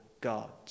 God